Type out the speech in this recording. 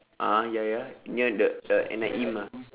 a'ah ya ya near the N_I_E mah